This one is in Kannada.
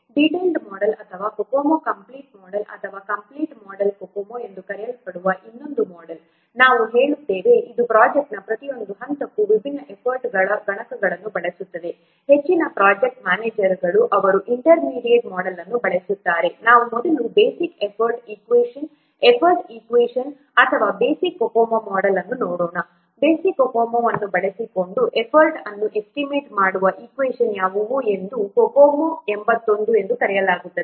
ಡೀಟೈಲ್ಡ್ ಮೋಡೆಲ್ ಅಥವಾ COCOMO ಕಂಪ್ಲೀಟ್ ಮೋಡೆಲ್ ಅಥವಾ ಕಂಪ್ಲೀಟ್ ಮೋಡೆಲ್ COCOMO ಎಂದು ಕರೆಯಲ್ಪಡುವ ಇನ್ನೊಂದು ಮೋಡೆಲ್ ನಾವು ಹೇಳುತ್ತೇವೆ ಇದು ಪ್ರೊಜೆಕ್ಟ್ನ ಪ್ರತಿಯೊಂದು ಹಂತಕ್ಕೂ ವಿಭಿನ್ನ ಎಫರ್ಟ್ ಗುಣಕಗಳನ್ನು ಬಳಸುತ್ತದೆ ಹೆಚ್ಚಿನ ಪ್ರೊಜೆಕ್ಟ್ ಮ್ಯಾನೇಜರ್ಗಳು ಅವರು ಇಂಟರ್ ಮೀಡಿಯಟ್ ಮೋಡೆಲ್ ಅನ್ನು ಬಳಸುತ್ತಾರೆ ನಾವು ಮೊದಲು basic effort equation effort equation ಅಥವಾ ಬೇಸಿಕ್ COCOMO ಮೋಡೆಲ್ ಅನ್ನು ನೋಡೋಣ ಬೇಸಿಕ್ COCOMO ಅನ್ನು ಬಳಸಿಕೊಂಡು ಎಫರ್ಟ್ ಅನ್ನು ಎಸ್ಟಿಮೇಟ್ ಮಾಡುವ ಈಕ್ವೆಷನ್ ಯಾವುದು ಇದನ್ನು COCOMO 81 ಎಂದು ಕರೆಯಲಾಗುತ್ತದೆ